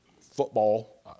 football